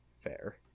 fair